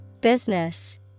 Business